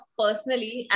personally